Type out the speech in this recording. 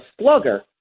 slugger